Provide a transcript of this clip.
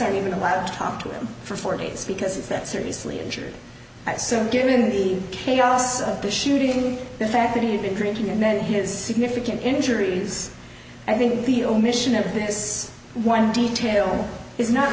are even allowed to talk to him for four days because that seriously injured i assume given the chaos of the shooting the fact that he had been drinking and then his significant injuries i think the omission of this one detail is not